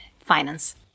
finance